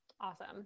Awesome